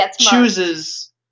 chooses